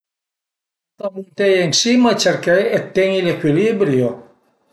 Ëntà munteie ënsima e cerché d'teni l'ecuilibrio